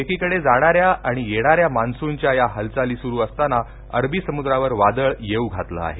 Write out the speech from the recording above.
एकीकडे जाणाऱ्या आणि येणाऱ्या मान्सूनच्या या हालचाली सुरू असताना अरबीसमुद्रावर वादळ येऊ घातलं आहे